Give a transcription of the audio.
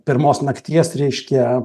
pirmos nakties reiškia